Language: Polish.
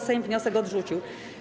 Sejm wniosek odrzucił.